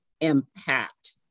impact